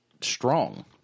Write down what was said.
strong